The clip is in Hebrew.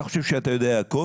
אתה חושב שאתה יודע הכול,